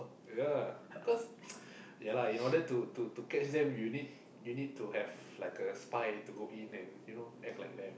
ya because ya lah in order to to catch them you need you need to have like a spy to go in and you know act like them